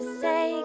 say